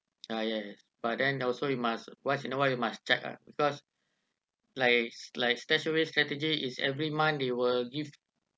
ya ya yes but then also you must what's you what you must check ah because like like stashaway strategy is every month they will gives